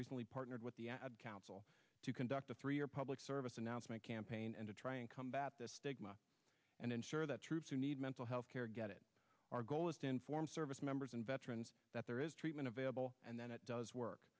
recently partnered with the ad council to conduct a three year public service announcement campaign and to try and combat this stigma and ensure that troops who need mental health care get it our goal is to inform of its members and veterans that there is treatment available and then it does work